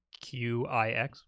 QIX